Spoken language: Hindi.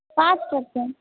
पाँच पर्सेन्ट